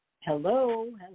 Hello